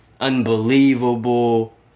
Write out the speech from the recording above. unbelievable